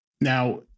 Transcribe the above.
Now